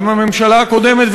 גם בממשלה הקודמת,